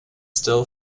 still